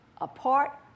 apart